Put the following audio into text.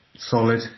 Solid